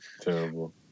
Terrible